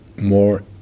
more